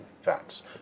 fats